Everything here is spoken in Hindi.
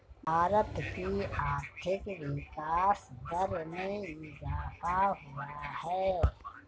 भारत की आर्थिक विकास दर में इजाफ़ा हुआ है